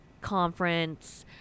conference